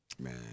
Man